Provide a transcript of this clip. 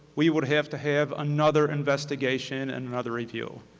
we would have to have another investigation and another review.